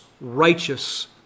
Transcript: righteous